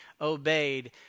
obeyed